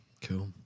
cool